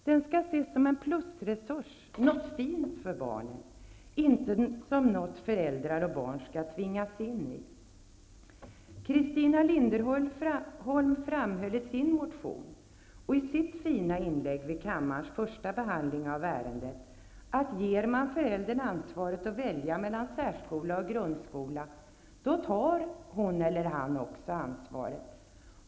Den skall ses som en plusresurs, något viktigt för barnen, inte något som föräldrar och barn skall tvingas in i. Christina Linderholm framhöll i sin motion och i sitt fina inlägg vid kammarens första behandling av ärendet att ger man föräldern ansvaret att välja mellan särskola och grundskola, då tar hon eller han också ansvaret.